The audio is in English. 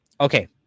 okay